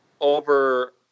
over